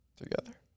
together